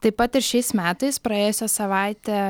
taip pat ir šiais metais praėjusią savaitę